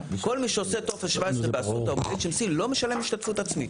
כל מי שעושה טופס 17 באסותא או ב-HMC לא משלם השתתפות עצמית.